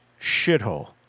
shithole